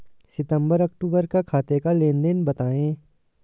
सितंबर अक्तूबर का खाते का लेनदेन बताएं